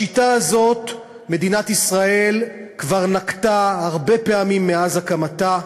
את השיטה הזאת מדינת ישראל כבר נקטה הרבה פעמים מאז הקמתה,